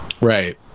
right